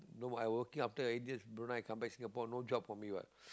no I working after Brunei I come back Singapore no job for me what